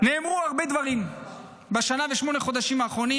נאמרו הרבה דברים בשנה ושמונת החודשים האחרונים,